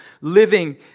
living